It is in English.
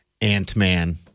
Ant-Man